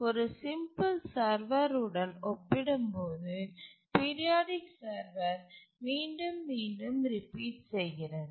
ஆனால் ஒரு simple server உடன் ஒப்பிடும்போது பீரியாடிக் சர்வர் மீண்டும் மீண்டும் ரிப்பீட் செய்கிறது